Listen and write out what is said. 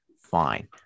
fine